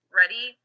ready